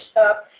up